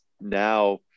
now